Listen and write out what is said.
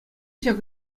ҫак